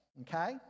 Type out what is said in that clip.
okay